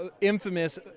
infamous